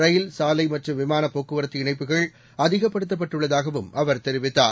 ரயில் சாலைமற்றும்விமானப்போக்குவரத்துஇணைப்புகள்அதி கப்படுத்தப்பட்டுஉள்ளதாகவும்அவர்தெரிவித்தார்